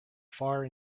far